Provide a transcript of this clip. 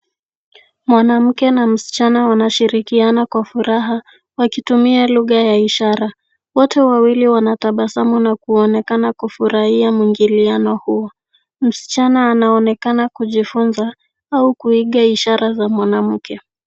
Mwanamke na msichana wanashirikiana kwa furaha wakitumia lugha ya ishara. Wote wawili wanatabasamu na kuonekana kufurahia mwingiliano huo. Msichana anaonekana kujifunza au kuiga ishara za mwanamke.